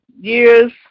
years